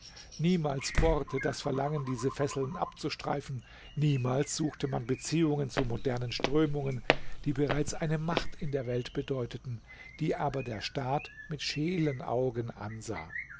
niemals bohrte das verlangen diese fesseln abzustreifen niemals suchte man beziehungen zu modernen strömungen die bereits eine macht in der welt bedeuteten die aber der staat mit scheelen augen ansah